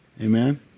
Amen